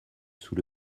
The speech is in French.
sous